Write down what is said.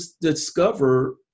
discover